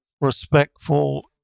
respectful